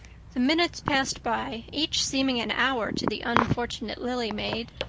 the minutes passed by, each seeming an hour to the unfortunate lily maid.